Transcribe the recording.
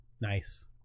Nice